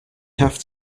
have